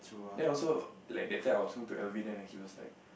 then also like I talking to Alvin right he was like